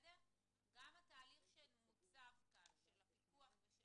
אוקיי גם התהליך שמוצג כאן של הפיקוח ושל